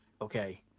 okay